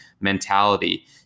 mentality